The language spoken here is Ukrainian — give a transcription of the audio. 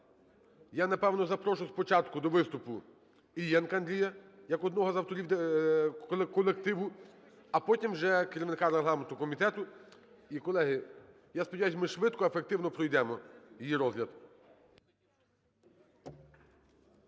я, напевно, запрошу спочатку до виступу Іллєнка Андрія як одного з авторів колективу, а потім вже – керівника регламентного комітету. І, колеги, я сподіваюсь ми швидко, ефективно пройдемо її розгляд.